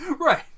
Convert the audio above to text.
Right